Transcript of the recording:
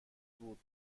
بود